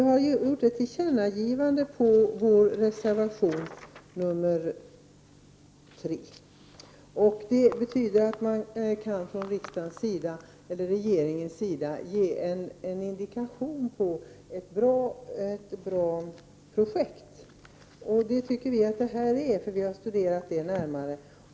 Herr talman! Vi har ju i vår reservation 3 föreslagit ett tillkännagivande. Regeringen skulle kunna ge en indikation på ett bra projekt. Enligt vår åsikt rör det sig om ett sådant, vi har studerat saken närmare.